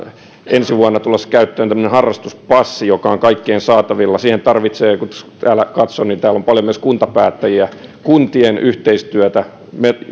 ensi vuonna tulossa käyttöön tämmöinen harrastuspassi joka on kaikkien saatavilla siihen tarvitsee kun täällä katson niin täällä on paljon myös kuntapäättäjiä kuntien yhteistyötä me